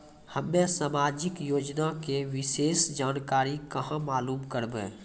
हम्मे समाजिक योजना के विशेष जानकारी कहाँ मालूम करबै?